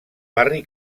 barri